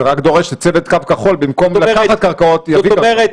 זה רק דורש שצוות קו כחול במקום לקחת קרקעות יביא קרקעות.